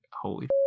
holy